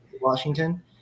Washington